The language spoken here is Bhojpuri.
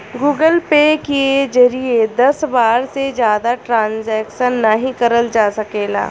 गूगल पे के जरिए दस बार से जादा ट्रांजैक्शन नाहीं करल जा सकला